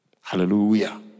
Hallelujah